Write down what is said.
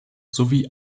sowie